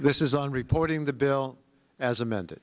this is on reporting the bill as amend